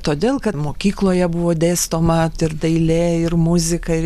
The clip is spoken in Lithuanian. todėl kad mokykloje buvo dėstoma ir dailė ir muzika ir